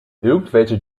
irgendwelche